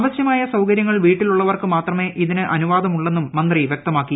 ആവശ്യമായ സൌകര്യങ്ങൾ വിട്ടിലുള്ളവർക്ക് മാത്രമേ ഇതിന് അനുവാദമുള്ളെന്നും മന്ത്രി വ്യക്തമാക്കി